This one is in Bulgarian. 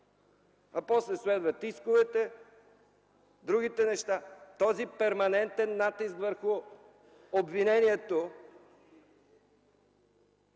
После, следват исковете, другите неща. Този перманентен натиск върху обвинението